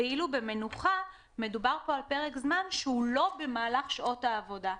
ואילו ב"מנוחה" מדובר פה על פרק זמן שהוא לא במהלך שעות העבודה.